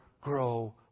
grow